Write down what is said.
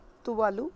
Tuvalu